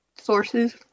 sources